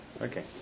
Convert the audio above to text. okay